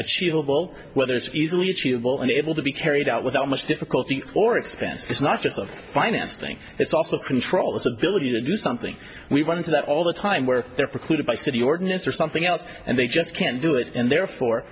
achievable whether it's easily achievable and able to be carried out without much difficulty or expense is not just of financing it's also control its ability to do something we wanted to that all the time where there precluded by city ordinance or something else and they just can't do it and therefore